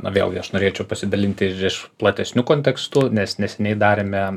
na vėlgi aš norėčiau pasidalinti ir iš platesniu kontekstu nes neseniai darėme